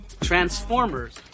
Transformers